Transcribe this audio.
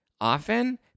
often